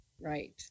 Right